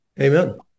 Amen